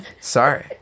sorry